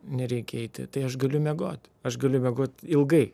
nereikia eiti tai aš galiu miegoti aš galiu miegot ilgai